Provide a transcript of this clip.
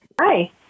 Hi